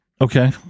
Okay